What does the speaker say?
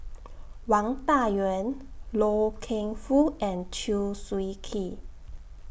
Wang Dayuan Loy Keng Foo and Chew Swee Kee